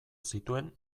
zituen